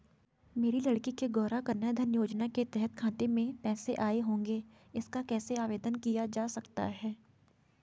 मेरी लड़की के गौंरा कन्याधन योजना के तहत खाते में पैसे आए होंगे इसका कैसे आवेदन किया जा सकता है?